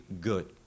good